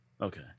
Okay